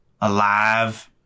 Alive